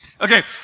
Okay